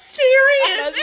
serious